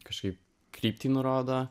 kažkaip kryptį nurodo